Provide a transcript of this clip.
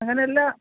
അങ്ങനെയെല്ലാം